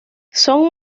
son